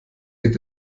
geht